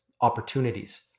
opportunities